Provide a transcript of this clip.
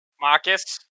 Marcus